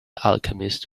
alchemist